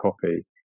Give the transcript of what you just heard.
copy